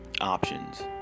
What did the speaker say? options